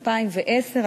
2010,